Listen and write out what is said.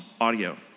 Audio